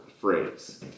phrase